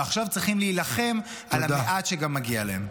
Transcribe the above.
ועכשיו צריכים להילחם על המעט שמגיע להם.